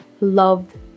loved